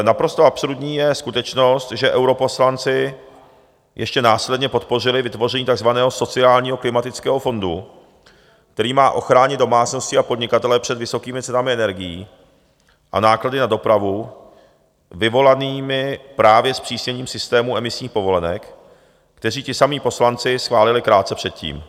Naprosto absurdní je skutečnost, že europoslanci ještě následně podpořili vytvoření takzvaného Sociálního klimatického fondu, který má ochránit domácnosti a podnikatele před vysokými cenami energií a náklady na dopravu vyvolanými právě zpřísněním systému emisních povolenek, který ti samí poslanci schválili krátce předtím.